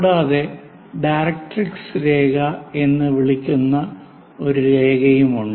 കൂടാതെ ഡയറക്ട്രിക്സ് രേഖ എന്ന് വിളിക്കുന്ന ഒരു രേഖയുമുണ്ട്